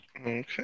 Okay